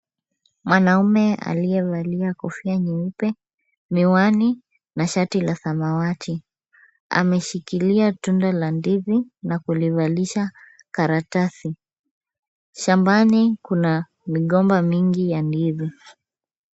Mwanume aliyevalia kofia nyeupe, miwani na shati la samawati, ameshikilia tunda la ndizi na kulivalisha karatasi. Shambani kuna migomba mingi ya ndizi.